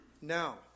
now